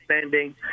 spending